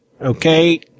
Okay